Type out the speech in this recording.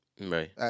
right